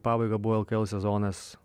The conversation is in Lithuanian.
į pabaigą buvo lkl sezonas